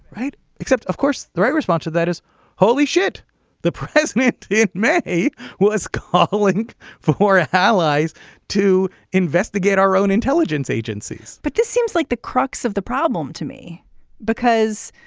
right. except of course the right response to that is holy shit the press made it it may well as calling for for ah allies to investigate our own intelligence agencies but this seems like the crux of the problem to me because